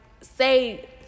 say